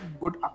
good